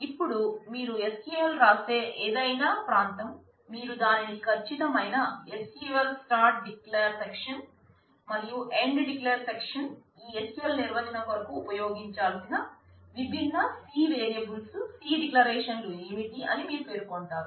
ఇప్పుడు మీరు SQL రాసే ఏదైనా ప్రాంతం మీరు దానిని ఖచ్చితమైన SQL స్టార్ట్ డిక్లేర్ సెక్షన్ మరియు END డిక్లేర్ సెక్షన్ ఈ SQL నిర్వచనం కొరకు ఉపయోగించాల్సిన విభిన్న C వేరియబుల్స్ C డిక్లరేషన్ లు ఏమిటి అని మీరు పేర్కొంటారు